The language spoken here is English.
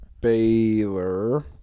Baylor